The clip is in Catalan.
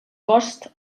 costs